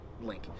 link